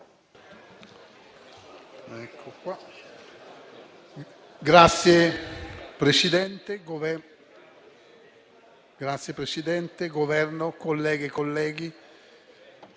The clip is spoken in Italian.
Signor Presidente, Governo, colleghe e colleghi,